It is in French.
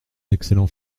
excellent